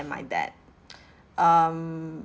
my dad um